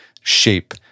shape